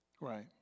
Right